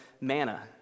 manna